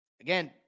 Again